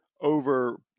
over